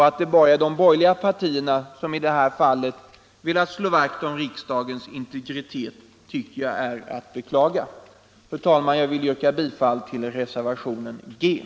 Att det bara är de borgerliga partierna som = besparingsutredi det här fallet velat slå vakt om riksdagens integritet tycker jag är att ning beklaga.